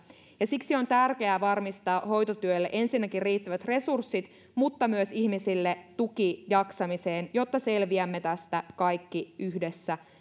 ja siksi on tärkeää varmistaa hoitotyölle ensinnäkin riittävät resurssit mutta myös ihmisille tuki jaksamiseen jotta selviämme tästä kaikki yhdessä